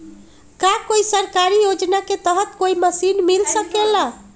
का कोई सरकारी योजना के तहत कोई मशीन मिल सकेला?